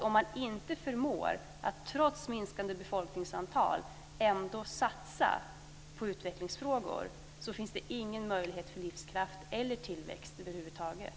Om man inte förmår att trots minskande befolkningstal ändå satsa på utvecklingsfrågor finns det ingen möjlighet till livskraft eller tillväxt över huvud taget.